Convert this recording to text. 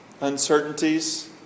uncertainties